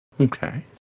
okay